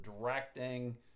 directing